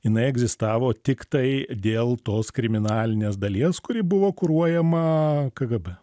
jinai egzistavo tiktai dėl tos kriminalinės dalies kuri buvo kuruojama kgb